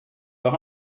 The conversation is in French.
leur